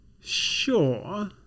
Sure